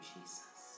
Jesus